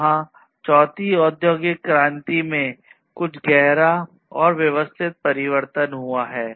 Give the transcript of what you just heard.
वहाँ चौथी औद्योगिक क्रांति में कुछ गहरा और व्यवस्थित परिवर्तन हुआ है